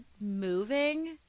moving